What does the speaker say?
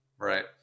Right